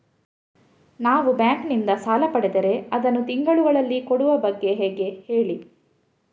ನಾವು ಬ್ಯಾಂಕ್ ನಿಂದ ಸಾಲ ಪಡೆದರೆ ಅದನ್ನು ತಿಂಗಳುಗಳಲ್ಲಿ ಕೊಡುವ ಬಗ್ಗೆ ಹೇಗೆ ಹೇಳಿ